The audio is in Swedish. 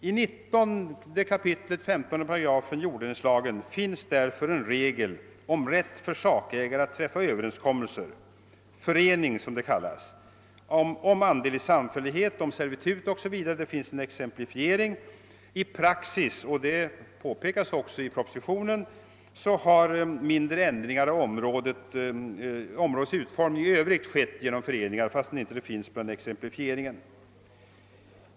I 19 kap. 15 8 jorddelningslagen finns därför en regel om rätt för sakägare att träffa överenskommelse om andel i samfällighet, servitut o.s.v. I praxis har, vilket också påpekas i propositionen, mindre ändringar beträffande områdets utformning i övrigt skett genom förening fastän det inte tagits med vid exemplifieringen.